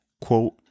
quote